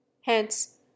hence